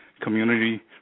Community